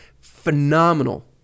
Phenomenal